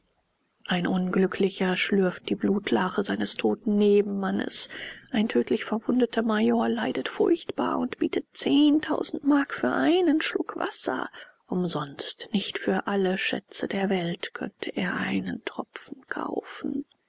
ein unglücklicher schlürft die blutlache seines toten nebenmannes ein tödlich verwundeter major leidet furchtbar und bietet zehntausend mark für einen schluck wasser umsonst nicht für alle schätze der welt könnte er einen tropfen kaufen